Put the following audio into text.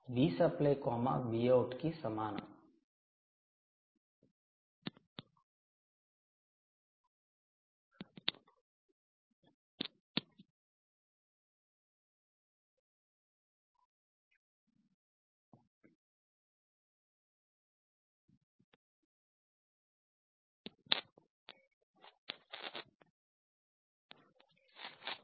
Vsupply Vout కి సమానం